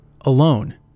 alone